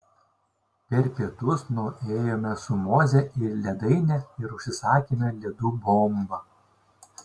per pietus nuėjome su moze į ledainę ir užsisakėme ledų bombą